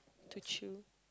to chill